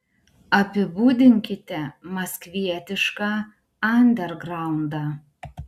apibūdinkite maskvietišką andergraundą